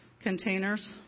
containers